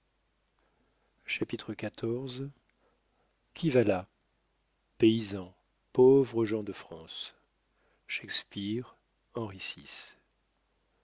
chapitre xiv qui va là paysans pauvres gens de france shakespeare henri